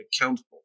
accountable